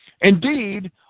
Indeed